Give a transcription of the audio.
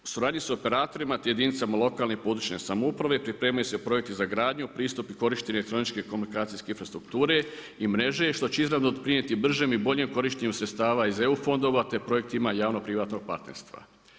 U suradnji sa operatorima te jedinicama lokalne i područje samouprave pripremaju se projekti za gradnju, pristup i korištenje elektroničke komunikacijske infrastrukture i mreže što će izravno doprinijeti bržem i boljem korištenju sredstava iz EU fondova te fondovima javno privatnog partnerstva.